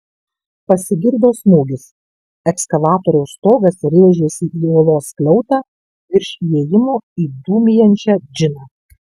pasigirdo smūgis ekskavatoriaus stogas rėžėsi į olos skliautą virš įėjimo į dūmijančią džiną